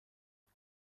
چون